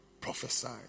prophesied